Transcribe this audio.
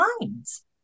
minds